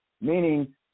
Meaning